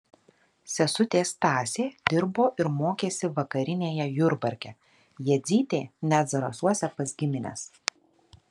sesutė stasė dirbo ir mokėsi vakarinėje jurbarke jadzytė net zarasuose pas gimines